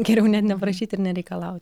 geriau net neprašyt ir nereikalaut